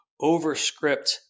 overscript